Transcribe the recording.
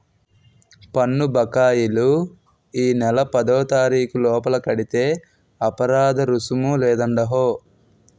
పన్ను బకాయిలు ఈ నెల పదోతారీకు లోపల కడితే అపరాదరుసుము లేదండహో